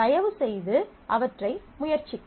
தயவுசெய்து அவற்றை முயற்சிக்கவும்